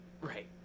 right